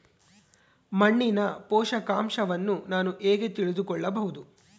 ಮಣ್ಣಿನ ಪೋಷಕಾಂಶವನ್ನು ನಾನು ಹೇಗೆ ತಿಳಿದುಕೊಳ್ಳಬಹುದು?